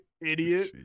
idiot